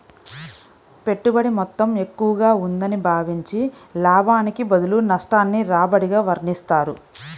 పెట్టుబడి మొత్తం ఎక్కువగా ఉందని భావించి, లాభానికి బదులు నష్టాన్ని రాబడిగా వర్ణిస్తారు